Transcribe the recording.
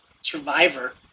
survivor